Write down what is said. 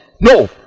No